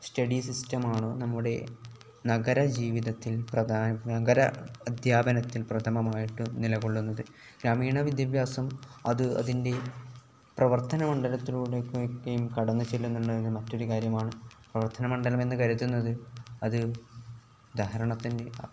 study system ആണ് നമ്മുടെ നഗര ജീവിതത്തിൽ പ്രധാന നഗര അദ്ധ്യാപനത്തിൽ പ്രഥമമായിട്ട് നിലകൊള്ളുന്നത് ഗ്രാമീണ വിദ്യാഭ്യാസം അത് അതിൻ്റെ പ്രവർത്തന മണ്ഡലത്തിലൂടെ ഒക്കെയും കടന്ന് ചെല്ലുന്നുള്ള മറ്റൊരു കാര്യമാണ് പ്രവർത്തന മണ്ഡലമെന്ന് കരുതുന്നത് അത് ഉദാഹരണത്തിൻ്റെ